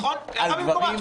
נכון, הערה במקומה.